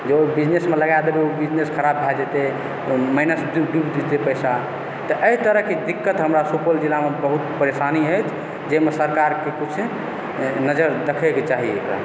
जे ओ बिजनेसमे लगा देतै तऽ ओ बिजनेस खराब भए जेतै माइनस डुबि जेतै पैसा तऽ एहि तरहकेँ दिक्कत हमरा सभकेँ सुपौल जिलामे बहुत परेशानी अछि जाहिमे सरकारके किछु नजर देखयके चाही एकरा